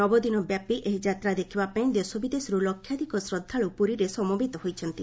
ନବଦିନ ବ୍ୟାପୀ ଏହି ଯାତ୍ରା ଦେଖିବା ପାଇଁ ଦେଶ ବିଦେଶରୁ ଲକ୍ଷାଧିକ ଶ୍ରଦ୍ଧାଳୁ ପୁରୀରେ ସମବେତ ହୋଇଛନ୍ତି